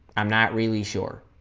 i'm not really sure